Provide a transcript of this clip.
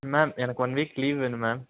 ma'am எனக்கு one week leave வேணும் ma'am